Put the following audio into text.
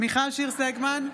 מיכל שיר סגמן,